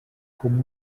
com